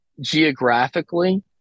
geographically